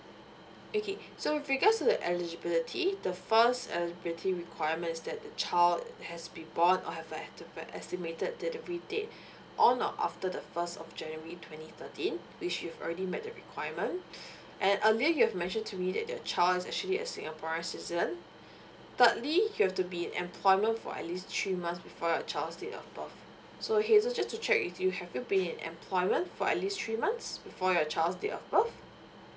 okay so with regards to the eligibility the first eligibility requirement is that the child has been born or have a have the estimated delivery date or not after the first of january twenty thirteen which you've already met the requirement and earlier you've mentioned to me that your child is actually a singaporean citizen thirdly you have to be in employment for at least three months before your child's date of birth so hazel just to check with you have you being in employment for at least three months before your child's date of birth